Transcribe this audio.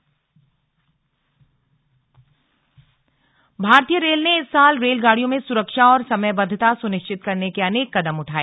भारतीय रेल भारतीय रेल ने इस साल रेलगाड़ियों में सुरक्षा और समयबद्धता सुनिश्चित करने के अनेक कदम उठाए